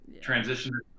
transition